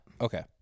Okay